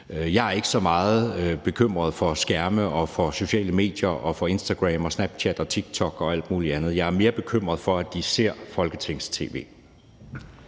Jeg er ikke særlig bekymret for skærme og for sociale medier som Instagram, Snapchat, TikTok og alt muligt andet. Jeg er mere bekymret for, at de ser Folketings-tv.